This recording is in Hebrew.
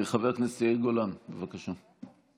חבר הכנסת יאיר גולן, בבקשה.